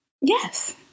Yes